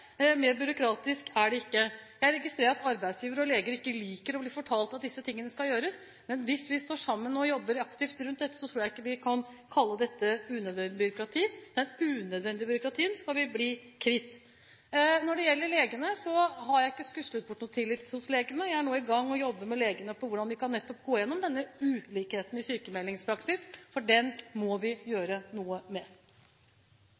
mer byråkratisk er det ikke. Jeg registrerer at arbeidsgiver og leger ikke liker å bli fortalt at disse tingene skal gjøres, men hvis vi står sammen og jobber aktivt med dette, tror jeg ikke vi kan kalle dette unødvendig byråkrati. Det unødvendige byråkratiet skal vi bli kvitt. Når det gjelder legene, har jeg ikke skuslet bort noe tillit. Jeg er nå i gang med å jobbe med legene for å gå gjennom denne ulikheten når det gjelder sykmeldingspraksis, for den må vi